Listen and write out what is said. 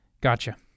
Gotcha